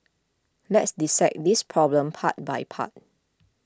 let's dissect this problem part by part